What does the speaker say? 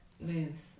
moves